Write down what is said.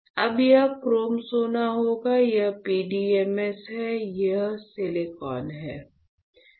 अब यह क्रोम सोना होगा यह PDMs है यह सिलिकॉन है